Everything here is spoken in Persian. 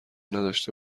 نداشته